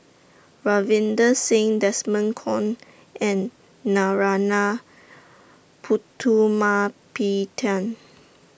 Ravinder Singh Desmond Kon and Narana Putumaippittan